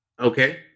Okay